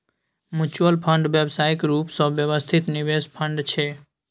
mutual fund व्यावसायिक रूप सँ व्यवस्थित निवेश फंड छै